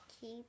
keep